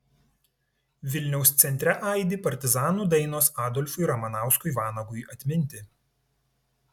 vilniaus centre aidi partizanų dainos adolfui ramanauskui vanagui atminti